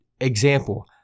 example